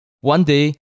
one-day